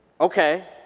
Okay